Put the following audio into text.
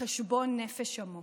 חשבון נפש עמוק.